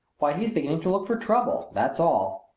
why, he's beginning to look for trouble that's all!